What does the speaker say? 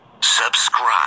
Subscribe